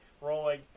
rolling